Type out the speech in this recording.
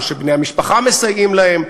או שבני המשפחה מסייעים להם.